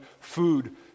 food